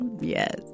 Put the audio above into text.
Yes